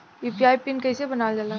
UPI pin कइसे बनावल जाला?